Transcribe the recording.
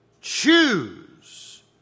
choose